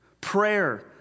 Prayer